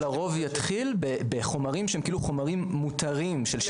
זה לרוב יתחיל בחומרים שהם כאילו חומרים מותרים של שיפור הישגים.